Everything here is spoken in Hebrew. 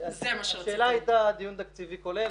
השאלה הייתה דיון תקציבי כולל.